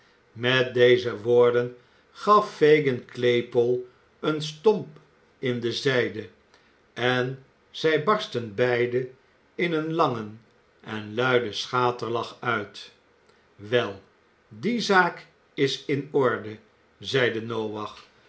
met deze woorden gaf fagin claypole een stomp in de zijde en zij barstten beiden in een langen en luiden schaterlach uit wel die zaak is in orde zeide noach